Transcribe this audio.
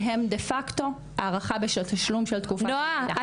שהם דה-פאקטו הארכה --- נועה,